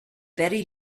very